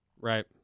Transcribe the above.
right